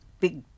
big